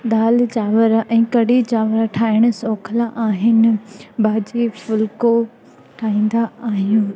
दाल चांवर ऐं कढ़ी चांवर ठाहिणु सोखुला आहिनि भाॼी फुलिको ठाहींदा आहियूं